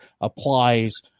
applies